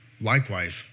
Likewise